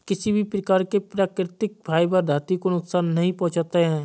किसी भी प्रकार के प्राकृतिक फ़ाइबर धरती को नुकसान नहीं पहुंचाते